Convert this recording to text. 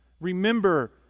Remember